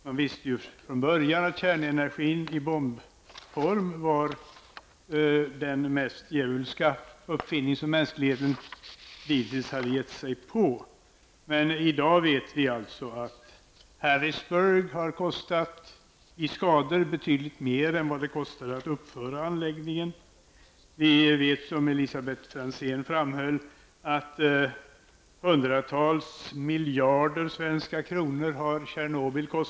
Man visste från början att kärnenergin i bombform var den mest djävulska uppfinning som mänskligheten hittills hade gett sig på. I dag vet vi att Harrisburg har kostat betydligt mer i skador än vad det kostade att uppföra anläggningen. Vi vet, som Elisabet Franzén framhöll, att Tjernobyl har kostat hundratals miljarder svenska kronor.